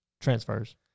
transfers